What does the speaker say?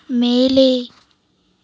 மேலே